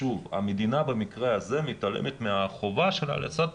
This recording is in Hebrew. המדינה במקרה הזה מתעלמת מהחובה שלה לשאת